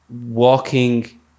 walking